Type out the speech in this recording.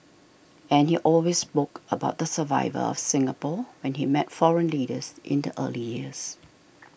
and he always spoke about the survival of Singapore when he met foreign leaders in the early years